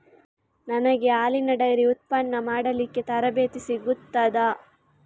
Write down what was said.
ನನಗೆ ಹಾಲಿನ ಡೈರಿ ಉತ್ಪನ್ನ ಮಾಡಲಿಕ್ಕೆ ತರಬೇತಿ ಸಿಗುತ್ತದಾ?